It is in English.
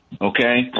Okay